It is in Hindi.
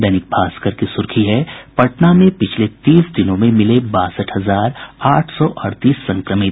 दैनिक भास्कर की सुर्खी है पटना में पिछले तीस दिनो में मिले बासठ हजार आठ सौ अड़तीस संक्रमित